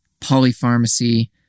polypharmacy